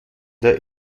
der